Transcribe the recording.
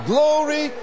Glory